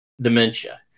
dementia